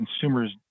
consumers